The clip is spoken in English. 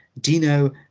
Dino